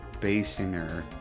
Basinger